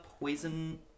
poison